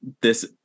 this-